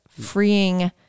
freeing